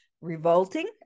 revolting